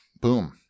boom